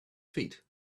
feet